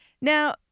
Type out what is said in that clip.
Now